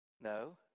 No